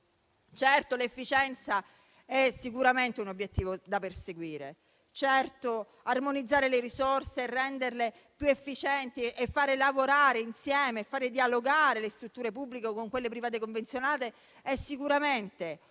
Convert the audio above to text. Certo, l'efficienza è sicuramente un obiettivo da perseguire. Certo, armonizzare le risorse e renderle più efficienti e fare lavorare e dialogare insieme le strutture pubbliche con quelle private convenzionate è sicuramente una buona